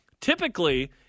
Typically